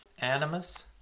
Animus